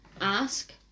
ask